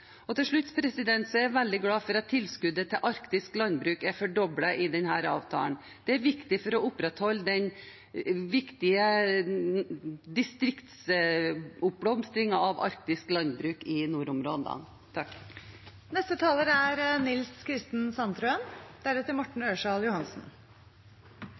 rekorder. Til slutt er jeg veldig glad for at tilskuddet til arktisk landbruk er fordoblet i denne avtalen. Det er viktig for å opprettholde den viktige distriktsoppblomstringen av arktisk landbruk i nordområdene. Norge er